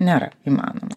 nėra įmanoma